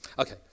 Okay